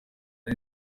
ari